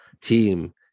team